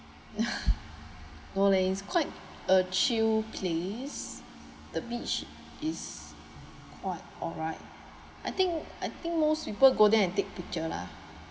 no leh it's quite a chill place the beach is quite alright I think I I think most people go there and take picture lah